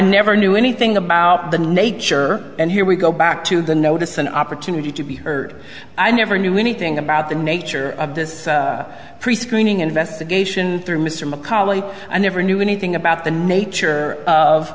never knew anything about the nature and here we go back to the notice an opportunity to be heard i never knew anything about the nature of this prescreening investigation through mr mccauley i never knew anything about the nature of